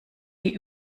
die